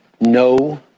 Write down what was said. no